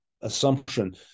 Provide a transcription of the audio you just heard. assumption